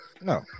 no